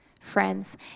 Friends